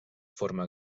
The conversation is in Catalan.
forma